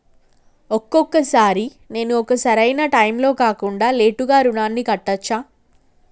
ఒక్కొక సారి నేను ఒక సరైనా టైంలో కాకుండా లేటుగా రుణాన్ని కట్టచ్చా?